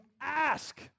ask